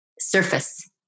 surface